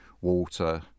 water